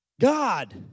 God